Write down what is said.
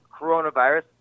coronavirus